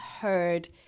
heard